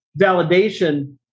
validation